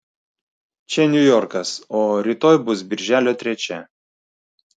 čia niujorkas o rytoj bus birželio trečia